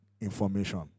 information